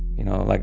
you know, like,